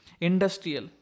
industrial